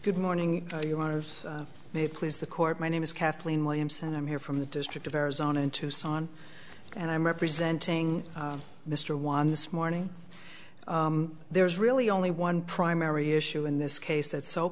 good morning do you want to may please the court my name is kathleen williams and i'm here from the district of arizona in tucson and i'm representing mr juan this morning there's really only one primary issue in this case that's so